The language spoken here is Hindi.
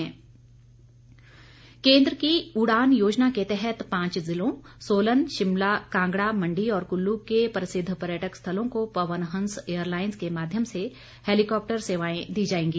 वीरेन्द्र कश्यप केन्द्र की उड़ान योजना के तहत पांच जिलों सोलन शिमला कांगड़ा मंडी और कुल्लू के प्रसिद्व पर्यटक स्थलों को पवन हंस एयरलाइंस के माध्यम से हैलीकॉप्टर सेवाएं दी जाएंगी